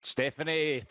Stephanie